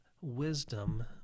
wisdom